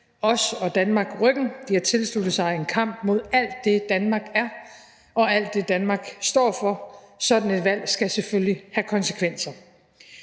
os og Danmark ryggen. De har tilsluttet sig en kamp mod alt det, Danmark er, og alt det, Danmark står for. Sådan et valg skal selvfølgelig have konsekvenser.